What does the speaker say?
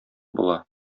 була